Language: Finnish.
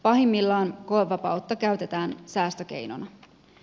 pahimmillaan koevapautta käytetään säästökeinona